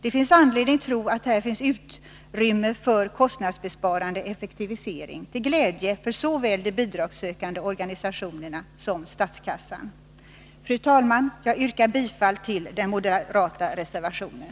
Det finns anledning tro att här finns utrymme för kostnadsbesparande effektivisering till glädje för såväl de bidragssökande organisationerna som statskassan. Fru talman! Jag yrkar bifall till den moderata reservationen.